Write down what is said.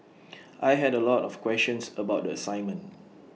I had A lot of questions about the assignment